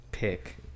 Pick